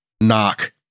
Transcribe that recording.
knock